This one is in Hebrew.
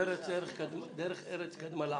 דרך ארץ קדמה לעולם,